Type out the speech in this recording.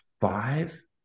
five